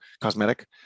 cosmetic